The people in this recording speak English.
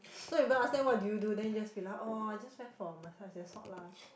so even ask them what did you do then you'll just be like oh just went for a massage that's all lah